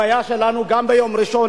הבעיה שלנו גם ביום ראשון,